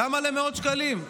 למה מאות שקלים?